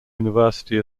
university